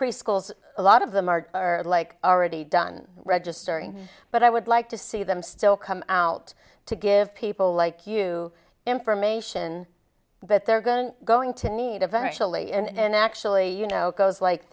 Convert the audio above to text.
preschools a lot of them are like already done registering but i would like to see them still come out to give people like you information but they're going to going to need eventually and actually you know it goes like